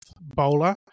bowler